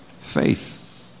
faith